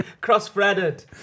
cross-threaded